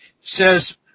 says